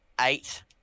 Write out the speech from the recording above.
eight